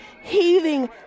heaving